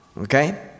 okay